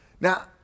now